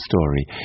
story